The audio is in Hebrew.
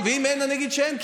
הינני מתכבדת להודיעכם,